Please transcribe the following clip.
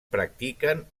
practiquen